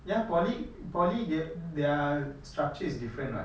ya poly poly their their structure is different [what]